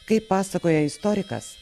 kaip pasakoja istorikas